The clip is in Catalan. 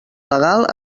legal